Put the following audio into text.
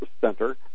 center